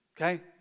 okay